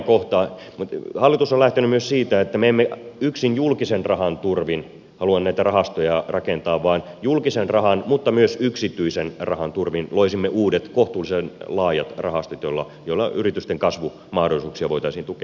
mutta hallitus on lähtenyt myös siitä että me emme yksin julkisen rahan turvin halua näitä rahastoja rakentaa vaan julkisen rahan mutta myös yksityisen rahan turvin loisimme uudet kohtuullisen laajat rahastot joilla yritysten kasvumahdollisuuksia voitaisiin tukea